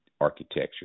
architecture